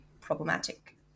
problematic